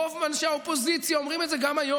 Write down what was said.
רוב אנשי האופוזיציה אומרים את זה גם היום.